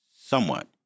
Somewhat